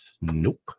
Nope